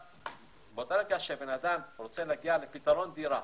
באותו רגע שאדם רוצה להגיע לפתרון דירה